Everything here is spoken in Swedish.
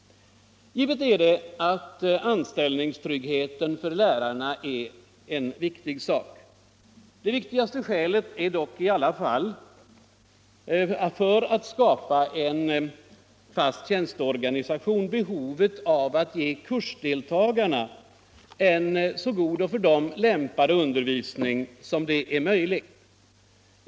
Anställningstryggheten är för lärarna givetvis en mycket viktig sak, men det starkaste skälet för att skapa en fast tjänsteorganisation måste ändå vara behovet av att ge kursdeltagarna en så god och lämplig undervisning som möjligt.